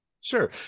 Sure